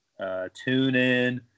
TuneIn